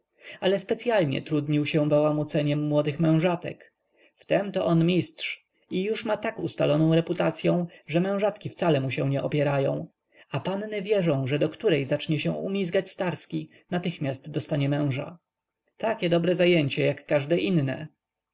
ale specyalnie trudnił się bałamuceniem młodych mężatek w temto on mistrz i już ma tak ustaloną reputacyą że mężatki wcale mu się nie opierają a panny wierzą że do której zacznie się umizgać starski natychmiast dostanie męża takie dobre zajęcie jak każde inne